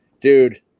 Dude